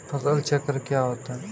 फसल चक्र क्या होता है?